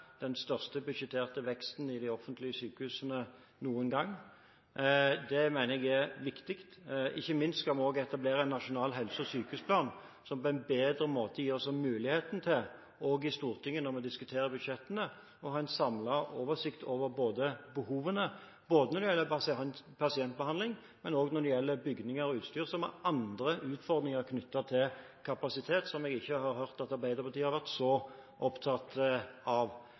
den største budsjetterte veksten i de offentlige sykehusene noen gang. Det mener jeg er viktig. Ikke minst skal vi etablere en nasjonal helse- og sykehusplan som på en bedre måte gir oss en mulighet til også i Stortinget, når vi diskuterer budsjettene, å ha en samlet oversikt over behovene både når det gjelder pasientbehandling, og når det gjelder bygninger og utstyr, som har andre utfordringer knyttet til kapasitet, som jeg ikke har hørt at Arbeiderpartiet har vært så opptatt av.